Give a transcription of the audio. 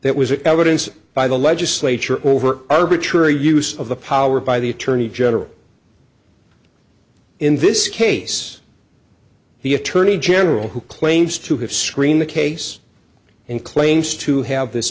that was evidence by the legislature over arbitrary use of the power by the attorney general in this case the attorney general who claims to have screened the case and claims to have this